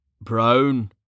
brown